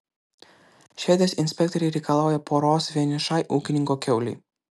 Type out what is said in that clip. švedijos inspektoriai reikalauja poros vienišai ūkininko kiaulei